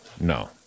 no